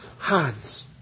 hands